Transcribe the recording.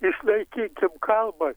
išlaikykim kalbą